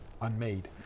unmade